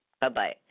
Bye-bye